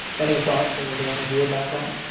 any thoughts from either one of you about that?